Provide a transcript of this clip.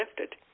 lifted